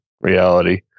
reality